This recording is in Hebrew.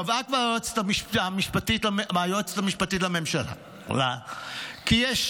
כבר קבעה היועצת המשפטית לממשלה כי יש